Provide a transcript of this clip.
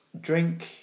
drink